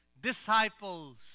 disciples